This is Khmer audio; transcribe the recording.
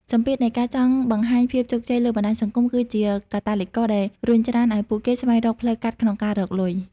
សម្ពាធនៃការចង់បង្ហាញភាពជោគជ័យលើបណ្តាញសង្គម គឺជាកាតាលីករដែលរុញច្រានឱ្យពួកគេស្វែងរកផ្លូវកាត់ក្នុងការរកលុយ។